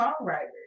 songwriters